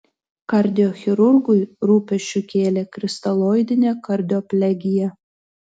kardiochirurgui rūpesčių kėlė kristaloidinė kardioplegija